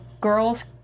girls